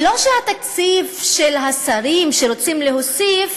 ולא שהתקציב של השרים שרוצים להוסיף